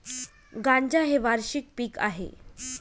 गांजा हे वार्षिक पीक आहे